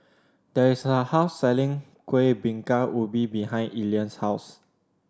there is a house selling Kuih Bingka Ubi behind Elian's house